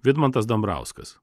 vidmantas dambrauskas